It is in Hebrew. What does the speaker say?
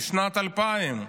משנת 2000,